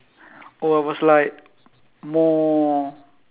oh I was like more